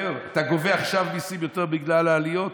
אתה גובה עכשיו יותר מיסים בגלל העליות,